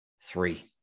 three